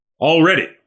already